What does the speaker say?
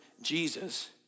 Jesus